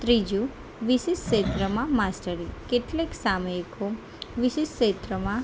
ત્રીજું વિશેષ ક્ષેત્રમાં માસ્તરી કેટલીક સામયિકો વિશેષ ક્ષેત્રમાં